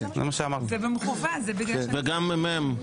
הוספת ממלאי מקום קבועים בוועדות זה גם צריך לעבור דרך הוועדה.